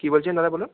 কী বলছেন দাদা বলুন